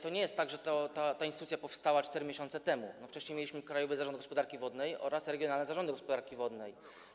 To nie jest tak, że ta instytucja powstała 4 miesiące temu, bo wcześniej mieliśmy Krajowy Zarząd Gospodarki Wodnej oraz regionalne zarządy gospodarki wodnej.